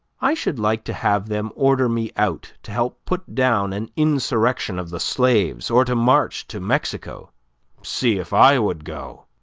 i should like to have them order me out to help put down an insurrection of the slaves, or to march to mexico see if i would go